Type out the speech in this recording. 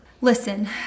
Listen